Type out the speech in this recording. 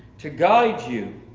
to guide you